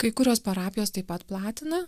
kai kurios parapijos taip pat platina